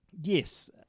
yes